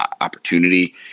opportunity